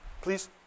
please